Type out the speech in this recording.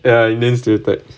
ya indian stereotypes